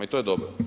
I to je dobro.